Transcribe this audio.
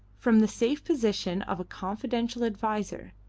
from the safe position of a confidential adviser,